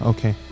Okay